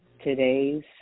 today's